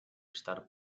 estar